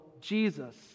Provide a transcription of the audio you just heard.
Jesus